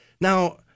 Now